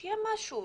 שיהיה משהו.